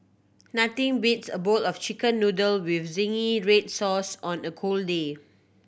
nothing beats a bowl of Chicken Noodle with zingy red sauce on a cold day